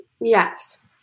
Yes